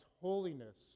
holiness